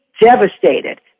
devastated